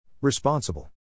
Responsible